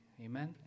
Amen